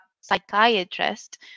psychiatrist